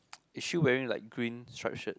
is she wearing like green stripe shirt